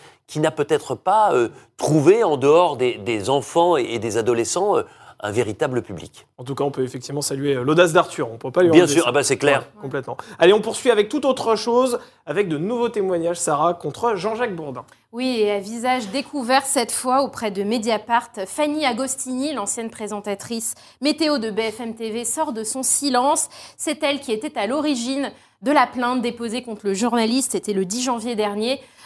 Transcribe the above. qui n'a peut-être pas, euh, trouvé en dehors des- des enfants et- et des adolescents, euh, un véritable public. En tout cas, on peut effectivement saluer, euh, l'audace d'Arthur. On peut pas lui Bien enlever sûr, ça. ah bah c'est clair. Ouais, complètement. Allez, on poursuit avec tout autre chose, avec de nouveaux témoignages, Sarah, contre Jean-Jacques Bourdin. Oui, et à visage découvert cette fois auprès de Mediapart, Fanny Agostini, l'ancienne présentatrice météo de BFM TV, sort de son silence. C'est elle qui était à l'origine de la plainte déposée contre le journaliste. C'était le 10 janvier dernier.